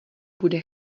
bude